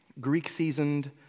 Greek-seasoned